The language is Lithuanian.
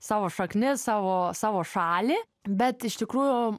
savo šaknis savo savo šalį bet iš tikrųjų